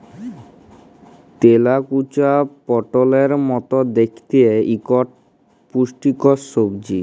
তেলাকুচা পটলের মত দ্যাইখতে ইকট পুষ্টিকর সবজি